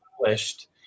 published